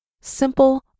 simple